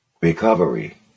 Recovery